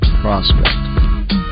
prospect